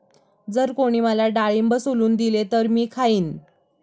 जर कोणी मला डाळिंब सोलून दिले तर मी खाईन